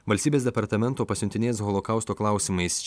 valstybės departamento pasiuntinės holokausto klausimais